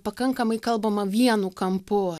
pakankamai kalbama vienu kampu